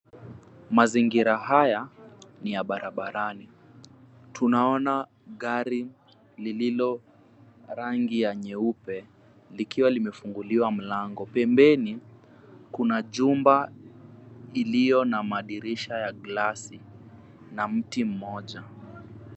Mazingira haya ni ya barabarani .Tunaona gari lililo rangi ya nyeupe likiwa limefunguliwa mlango. Pembeni kuna jumba iliyo na madirisha ya glasi na mti mmoja .